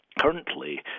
Currently